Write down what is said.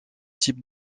type